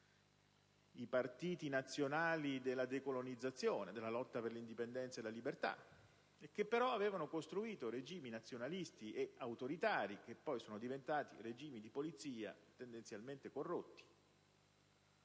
i partiti nazionali della decolonizzazione, della lotta per l'indipendenza e per la libertà, che avevano costruito regimi nazionalisti e autoritari), che però sono diventati regimi di polizia tendenzialmente corrotti.